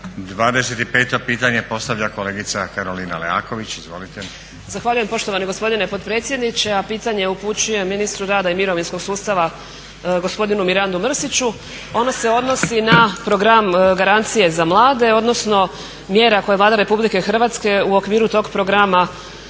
25. pitanje postavlja kolegica Karolina Leaković. Izvolite. **Leaković, Karolina (SDP)** Zahvaljujem poštovani gospodine potpredsjedniče. Pitanje upućujem ministru rada i mirovinskog sustava gospodinu Mirandu Mrsiću. Ono se odnosi na program garancije za mlade, odnosno mjere koje je Vlada Republike Hrvatske u okviru tog programa